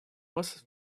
most